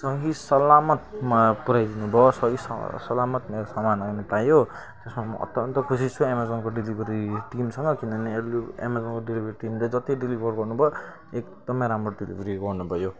सही सलामत मलाई पुऱ्याइदिनु भयो सही स सलामत मेरो सामान आउनु पायो त्यसमा म अत्यन्त खुसी छु एमाजोनको डेलिभरी टिमसँग किनभने एमाजोनको डेलिभरी टिमले जति डेलिभर गर्नुभयो एकदमै राम्रो डेलिभरी गर्नु भयो